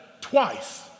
twice